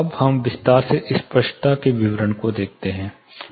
अब हम विस्तार से स्पष्टता के विवरण को देखते हैं